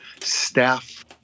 staff